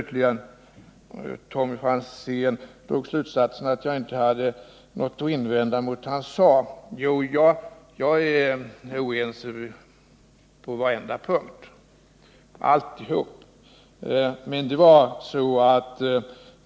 Tommy Franzén drog slutsatsen att jag inte hade något att invända mot vad han sade. Jo, jag är oense med honom på varenda punkt.